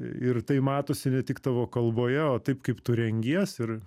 ir tai matosi ne tik tavo kalboje o taip kaip tu rengies ir